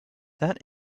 that